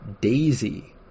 Daisy